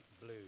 blue